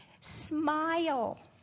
Smile